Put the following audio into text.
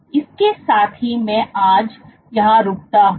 इसके साथ ही मैं आज यहां रुकता हूं